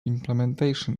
implementation